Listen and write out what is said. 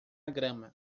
grama